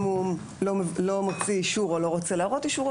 אם הוא לא מוציא אישור או לא רוצה להראות אישור,